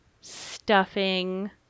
stuffing